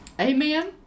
Amen